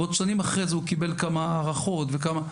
ועוד שנים אחרי זה הוא קיבל כמה הערכות וכולי.